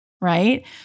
right